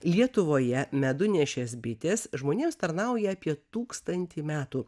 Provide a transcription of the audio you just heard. lietuvoje medunešės bitės žmonėms tarnauja apie tūkstantį metų